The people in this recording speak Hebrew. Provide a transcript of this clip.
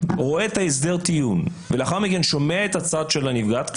רואה את הסדר הטיעון ולאחר מכן שומע את הצד של הנפגעת,